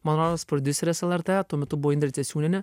man rodos prodiuseres lrt tuo metu buvo indrė ciesiūnienė